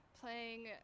playing